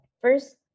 first